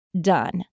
Done